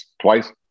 twice